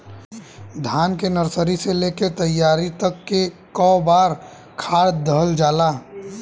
धान के नर्सरी से लेके तैयारी तक कौ बार खाद दहल जाला?